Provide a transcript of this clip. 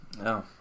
no